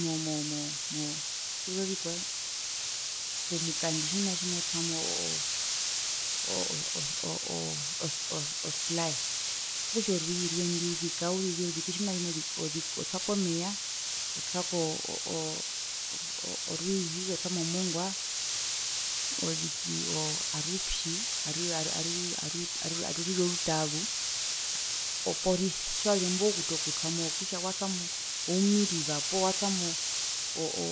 Moo mo mo mo kuza ovikwae pomukandi tjimuna tjimotwamo oo oo oo oo oo oslaae okutja orwiihi rweendwi uzika uriri oziki tjimuna tjimoziki oziki otwapo meya otwako oo orwiihi otwamo mongwa oziki oo arupyi aru aru aru aru aru arurire orutaazu oporisa tjiwazumbo ookuta okutwamo kutja watwamo oumiriva poowatwamo oo